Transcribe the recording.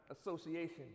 association